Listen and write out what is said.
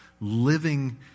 living